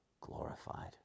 glorified